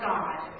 God